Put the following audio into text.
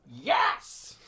Yes